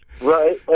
right